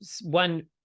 one